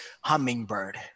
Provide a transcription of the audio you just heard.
hummingbird